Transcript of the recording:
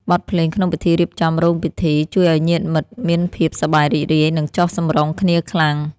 បទភ្លេងក្នុងពិធីរៀបចំរោងពិធី ជួយឱ្យញាតិមិត្តមានភាពសប្បាយរីករាយ និងចុះសម្រុងគ្នាខ្លាំង។